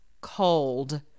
cold